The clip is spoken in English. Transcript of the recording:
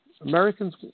Americans